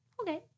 Okay